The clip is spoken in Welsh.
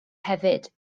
hefyd